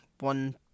one